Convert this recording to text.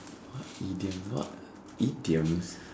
what idiom what idioms